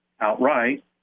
outright